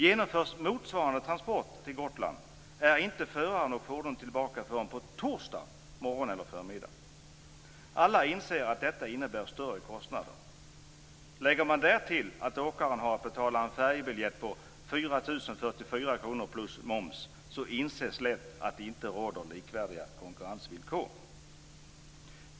Genomförs motsvarande transport till Gotland är inte förare och fordon tillbaka förrän torsdag morgon eller förmiddag. Alla inser att detta innebär större kostnader. Lägger man därtill att åkaren har att betala en färjebiljett med 4 044 kr plus moms inses lätt att det inte råder likvärdiga konkurrensvillkor.